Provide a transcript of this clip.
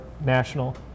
national